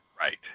right